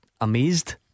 amazed